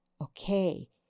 Okay